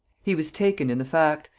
he was taken in the fact,